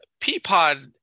Peapod